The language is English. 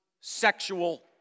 sexual